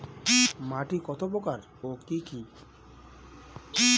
মাটি কত প্রকার ও কি কি?